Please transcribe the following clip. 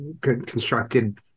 constructed –